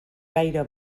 gaire